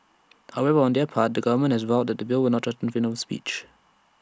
however on their part the government has vowed that the bill will not threaten freedom of speech